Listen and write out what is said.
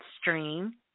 stream